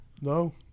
No